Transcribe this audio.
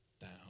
down